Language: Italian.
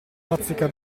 bazzica